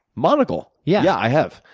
monocle? yeah. i have.